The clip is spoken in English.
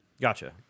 Gotcha